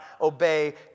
obey